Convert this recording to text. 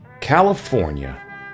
California